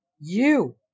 You